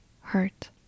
hurt